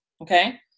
okay